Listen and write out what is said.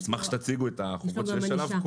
אשמח אם תציגו את החובות שיש עליו.